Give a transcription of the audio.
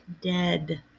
dead